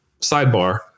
sidebar